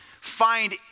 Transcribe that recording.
find